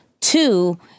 two